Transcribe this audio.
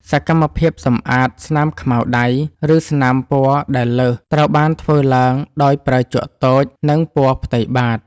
សកម្មភាពសម្អាតស្នាមខ្មៅដៃ ឬស្នាមពណ៌ដែលលើស ត្រូវបានធ្វើឡើងដោយប្រើជក់តូច និងពណ៌ផ្ទៃបាត។